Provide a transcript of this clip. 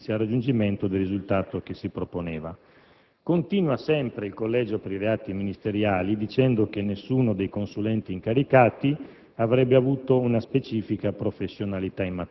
con risorse interne proprie del Ministero della giustizia, al raggiungimento del risultato che si proponeva. Continua sempre il Collegio dicendo che nessuno dei consulenti incaricati